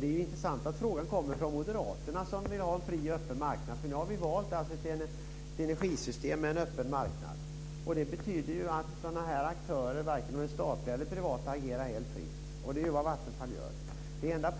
Det är intressant att frågan kommer från moderaterna, som vill ha en fri och öppen marknad. Nu har vi valt ett energisystem med en öppen marknad. Det betyder att sådana aktörer - statliga eller privata - agerar helt fritt. Det är vad Vattenfall gör. En